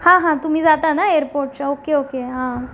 हां हां तुम्ही जाता ना एअरपोर्टच्या ओके ओके हां